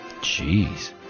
jeez